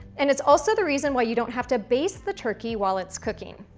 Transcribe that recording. and it's also the reason why you don't have to baste the turkey while it's cooking.